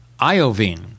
Iovine